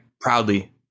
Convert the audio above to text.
proudly